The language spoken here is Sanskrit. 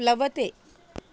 प्लवते